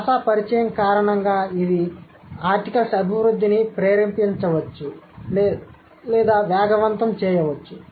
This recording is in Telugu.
భాషా పరిచయం కారణంగా ఇది ఆర్టికల్స్ అభివృద్ధిని ప్రేరేపించవచ్చు లేదా వేగవంతం చేయవచ్చు